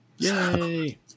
Yay